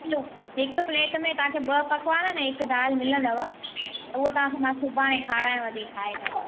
हिकु प्लेट में तव्हांखे ॿ पकवान ऐं हिकु दाल मिलंदव उहा तव्हांखे मां सुभाणे खारायांव थी ठाहे करे